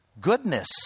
goodness